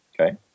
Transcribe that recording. Okay